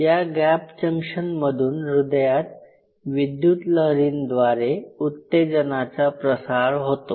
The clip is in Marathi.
या गॅप जंक्शनमधून हृदयात विद्युतलहरीनद्वारे उत्तेजनाचा प्रसार होतो